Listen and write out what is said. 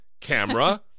camera